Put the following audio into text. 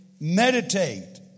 meditate